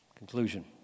Conclusion